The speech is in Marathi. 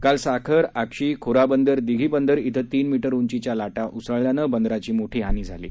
काल साखर आक्षी खोरा बंदर दिघी बंदर इथं तीन मिटर उंचीच्या लाटा उसळल्यानं बंदराची मोठी हानी झाली आहे